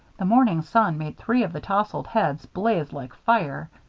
the morning sun made three of the tousled heads blazed like fire.